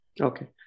Okay